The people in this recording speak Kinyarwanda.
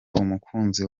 umukunzi